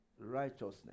Righteousness